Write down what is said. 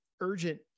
urgent